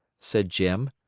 said jim,